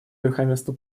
верховенство